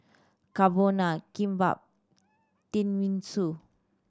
Carbonara Kimbap Tenmusu